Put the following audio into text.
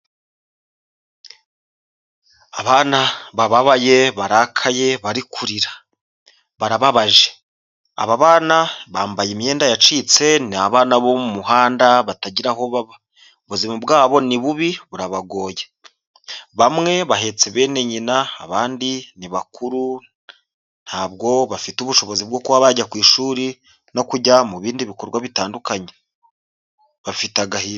Abana bababaye barakaye bari kurira barababaje, aba bana bambaye imyenda yacitse nabana bo mu muhanda batagira aho baba, ubuzima bwabo ni bubi burabagoye bamwe bahetse bene nyina abandi ni bakuru ntabwo bafite ubushobozi bwo kuba bajya ku ishuri no kujya mu bindi bikorwa bitandukanye bafite agahinda.